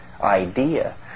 idea